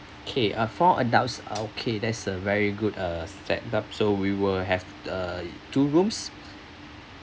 okay uh four adults are okay there's a very good uh set up so we will have uh two rooms